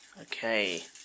Okay